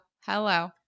Hello